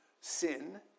Sin